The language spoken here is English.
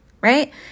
right